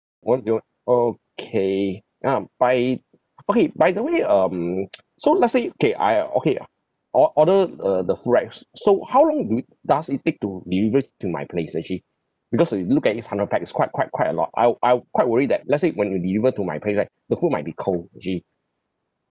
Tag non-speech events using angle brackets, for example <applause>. what's your okay um by okay by the way um <noise> so let's say okay I uh okay ah or~ order uh the food right s~ so how long need does it take to deliver it to my place actually because uh if you look at it's hundred pax it's quite quite quite a lot I w~ I w~ quite worried that let's say when deliver to my place right the food might be cold actually